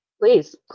Please